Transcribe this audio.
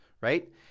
right